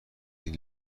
این